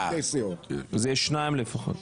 יש שניים לפחות.